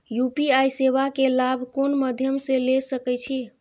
UPI सेवा के लाभ कोन मध्यम से ले सके छी?